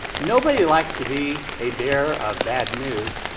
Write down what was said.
nobody likes to be a bearer of bad news.